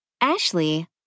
Ashley